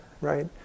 right